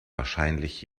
wahrscheinlich